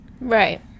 Right